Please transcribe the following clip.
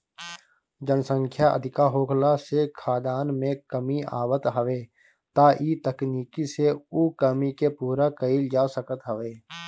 जनसंख्या अधिका होखला से खाद्यान में कमी आवत हवे त इ तकनीकी से उ कमी के पूरा कईल जा सकत हवे